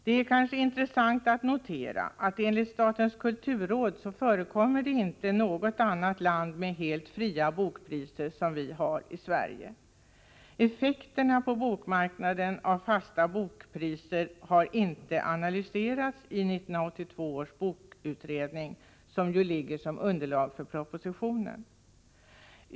Det är intressant att notera att enligt statens kulturråd förekommer inte i något annat land helt fria bokpriser, som vi har i Sverige. Effekterna på bokmarknaden av fasta bokpriser har inte analyserats av 1982 års bokutredning, som ju bildar underlag för propositionen.